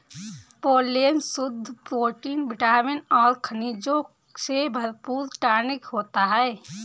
pollen शुद्ध protein vitamin और खनिजों से भरपूर टॉनिक होता है